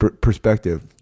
perspective